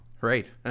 Right